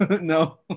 No